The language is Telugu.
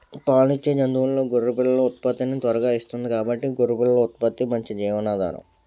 పాలిచ్చే జంతువుల్లో గొర్రె పిల్లలు ఉత్పత్తిని త్వరగా ఇస్తుంది కాబట్టి గొర్రె పిల్లల ఉత్పత్తి మంచి జీవనాధారం